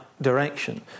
direction